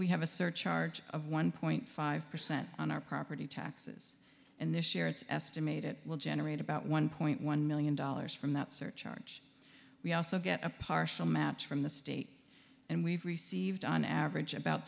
we have a surcharge of one point five percent on our property taxes and this year it's estimated it will generate about one point one million dollars from that surcharge we also get a partial match from the state and we've received on average about